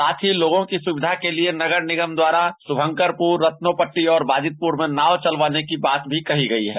साथ ही लोगों की सुविधा के लिए नगर निगम द्वारा शुभंकर पुर रतनोपट्टी और बाजितपुर में नाव चलवाने की बात कही गयी है